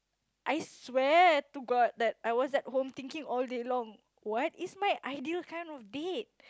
I swear to god that I was at home thinking all day long what is my ideal kind of bed